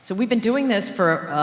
so we've been doing this for, ah,